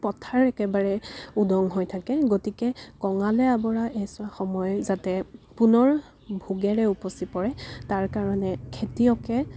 পথাৰ একেবাৰে উদং হৈ থাকে গতিকে কঙালে আৱৰা এইছোৱা সময় যাতে পুনৰ ভোগেৰে উপচি পৰে তাৰ কাৰণে খেতিয়কে